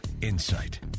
insight